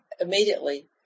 immediately